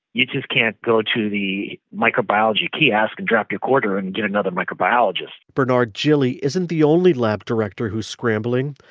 you just can't go to the microbiology kiosk and drop your quarter and get another microbiologist bernard jilly isn't the only lab director who's scrambling.